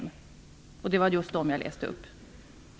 Det var just dessa jag läste upp.